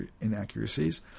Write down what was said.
inaccuracies